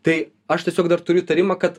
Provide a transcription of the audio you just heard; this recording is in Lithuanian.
tai aš tiesiog dar turiu įtarimą kad